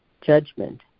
judgment